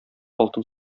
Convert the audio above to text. алтын